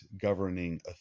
governing